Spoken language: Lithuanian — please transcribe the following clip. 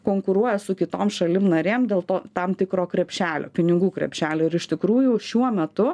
konkuruoja su kitom šalim narėm dėl to tam tikro krepšelio pinigų krepšelio ir iš tikrųjų šiuo metu